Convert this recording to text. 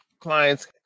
client's